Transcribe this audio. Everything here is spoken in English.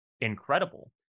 incredible